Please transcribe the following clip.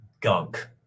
gunk